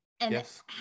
Yes